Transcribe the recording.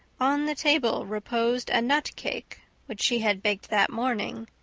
on the table reposed a nut cake which she had baked that morning.